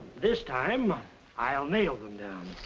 this time i'll nail them down.